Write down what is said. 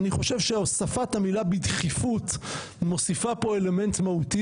אני חושב שהוספת המילה 'בדחיפות' מוסיפה פה אלמנט מהותי